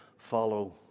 follow